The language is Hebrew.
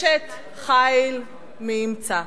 "אשת חיל מי ימצא".